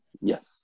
Yes